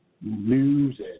news